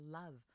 love